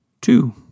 Two